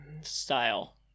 style